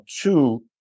two